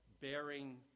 bearing